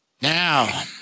Now